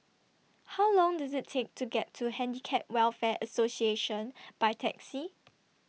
How Long Does IT Take to get to Handicap Welfare Association By Taxi